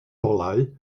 olau